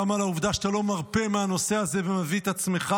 וגם על העובדה שאתה לא מרפה מהנושא הזה ומביא את עצמך,